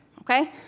okay